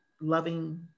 loving